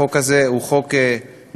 שהחוק הזה הוא חוק נכון,